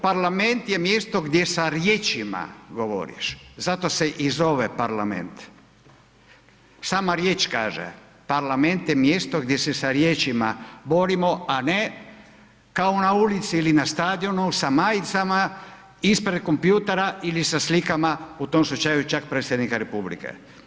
Parlament je mjesto gdje sa riječima govoriš, zato se i zove parlament, sama riječ kaže, parlament je mjesto gdje se sa riječima borimo, a ne kao na ulici ili na stadionu sa majcama, ispred kompjutera u tom slučaju čak predsjednika republike.